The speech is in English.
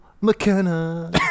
McKenna